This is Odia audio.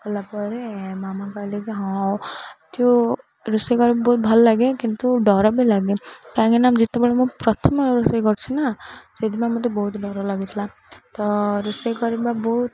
କଲାପରେ ମାମା କହିଲେ କି ହଁ ତୁ ରୋଷେଇ କରିବା ବହୁତ ଭଲ ଲାଗେ କିନ୍ତୁ ଡର ବି ଲାଗେ କାହିଁକିନା ନା ଯେତେବେଳେ ମୁଁ ପ୍ରଥମ ରୋଷେଇ କରୁଛିି ନା ସେଥିପାଇଁ ମୋତେ ବହୁତ ଡର ଲାଗୁଥିଲା ତ ରୋଷେଇ କରିବା ବହୁତ